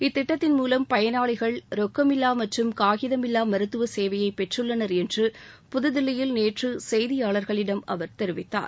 இத்திட்டத்தின் மூலம் பயனாளிகள் ரொக்கமில்லா மற்றும் காகிதமில்லா மருத்துவ சேவையை பெற்றுள்ளனர் என்று புதுதில்லியில் நேற்று செய்தியாளர்களிடம் அவர் தெரிவித்தார்